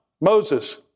Moses